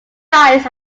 dies